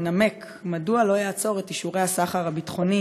ינמק מדוע לא יעצור את אישורי הסחר הביטחוני